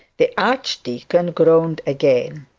the archdeacon groaned again.